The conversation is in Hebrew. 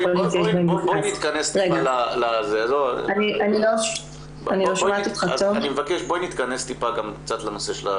חולים שיש בהם --- אני מבקש שתתכנסי טיפה גם קצת לנושא.